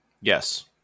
Yes